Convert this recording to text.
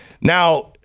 Now